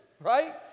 Right